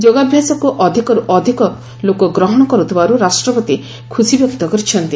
ଯୋଗାଭ୍ୟାସକୁ ଅଧିକରୁ ଅଧିକ ଲୋକ ଗ୍ରହଣ କରୁଥିବାରୁ ରାଷ୍ଟ୍ରପତି ଖୁସି ବ୍ୟକ୍ତ କରିଛନ୍ତି